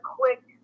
quick